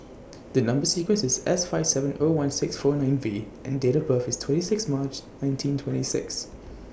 The Number sequence IS S five seven O one six four nine V and Date of birth IS twenty six March nineteen twenty six